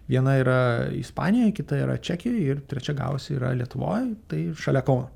viena yra ispanijoj kita yra čekijoj ir trečia gavosi yra lietuvoj tai šalia kauno